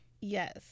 Yes